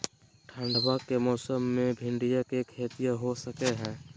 ठंडबा के मौसमा मे भिंडया के खेतीया हो सकये है?